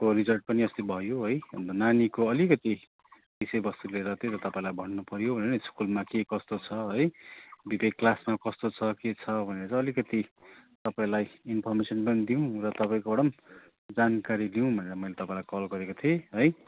को रिजल्ट पनि अस्ति भयो है अन्त नानीको अलिकति बिषयवस्तु लिएर त्यही त तपाईँलाई भन्नु पऱ्यो भनेर नि स्कुलमा के कस्तो छ है बिबेक क्लासमा कस्तो छ के छ भनेर अलिकति तपाईँलाई इन्फर्मेसन पनि दिउँ अनि तपाईँकोबाट पनि जानकारी लिउँ भनेर तपाईँलाई कल गरेको थिएँ है